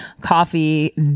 coffee